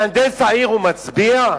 מהנדס העיר, הוא מצביע?